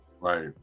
right